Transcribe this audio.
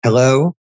Hello